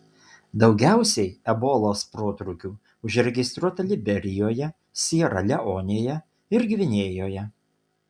daugiausiai ebolos protrūkių užregistruota liberijoje siera leonėje ir gvinėjoje